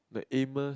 like Amos